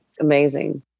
amazing